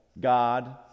god